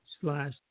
slash